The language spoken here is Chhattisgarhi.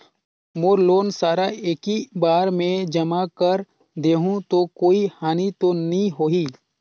मोर लोन सारा एकी बार मे जमा कर देहु तो कोई हानि तो नी होही?